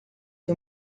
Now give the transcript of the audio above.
que